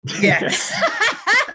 Yes